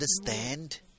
understand